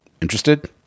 Interested